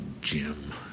Jim